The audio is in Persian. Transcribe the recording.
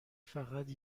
فقط